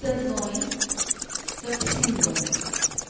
उत्तर गोंय दक्षीण गोंय